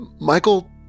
Michael